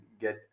get